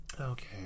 Okay